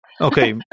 Okay